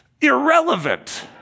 irrelevant